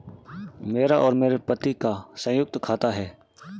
मेरा और मेरे पति का संयुक्त खाता है